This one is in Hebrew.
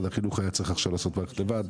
החינוך היה צריך עכשיו לעשות מערכת לבד,